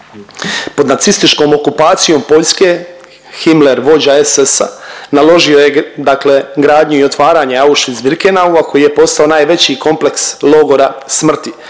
Pod nacističkom okupacijom Poljske Himmler vođa SS-a, naložio je dakle gradnju i otvaranje Auschwitz-Birkenaua koji je postao najveći kompleks logora smrti.